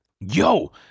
Yo